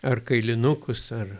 ar kailinukus ar